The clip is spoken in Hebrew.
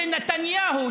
שנתניהו,